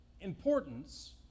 importance